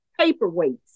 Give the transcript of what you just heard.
paperweights